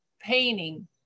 painting